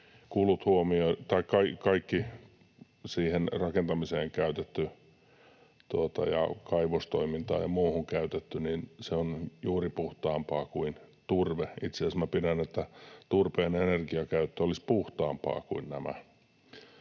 siihen rakentamiseen käytetty ja kaivostoimintaan ja muuhun käytetty — juuri puhtaampaa kuin turve. Itse asiassa minä pidän turpeen energiakäyttöä puhtaampana kuin sitä.